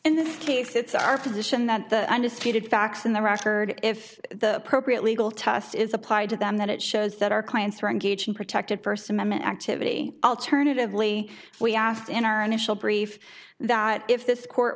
in this case it's our position that the undisputed facts in the record if the appropriate legal test is applied to them that it shows that our clients are engaging protected person and activity alternatively we asked in our initial brief that if this court